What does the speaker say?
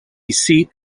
seat